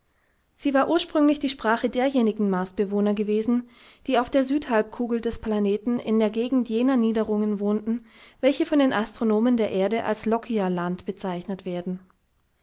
sie war ursprünglich die sprache derjenigen marsbewohner gewesen die auf der südhalbkugel des planeten in der gegend jener niederungen wohnten welche von den astronomen der erde als lockyer land bezeichnet werden